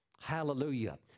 Hallelujah